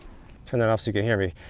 turn that off so you can hear me.